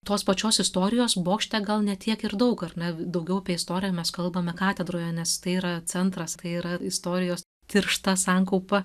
tos pačios istorijos bokšte gal ne tiek ir daug ar ne daugiau apie istoriją mes kalbame katedroje nes tai yra centras tai yra istorijos tiršta sankaupa